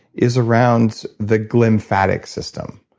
is around the glymphatic system,